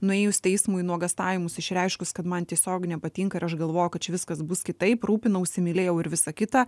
nuėjus teismui nuogąstavimus išreiškus kad man tiesiog nepatinka ir aš galvoju kad čia viskas bus kitaip rūpinausi mylėjau ir visa kita